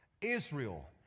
Israel